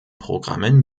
programmen